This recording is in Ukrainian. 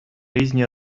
різні